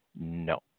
no